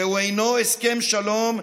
זהו אינו הסכם שלום,